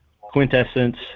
Quintessence